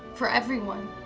for everyone.